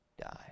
die